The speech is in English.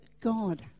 god